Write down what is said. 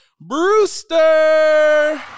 Brewster